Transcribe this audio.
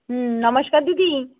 হুঁম নমস্কার দিদি